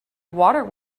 water